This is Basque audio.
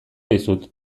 dizut